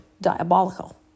diabolical